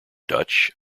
dutch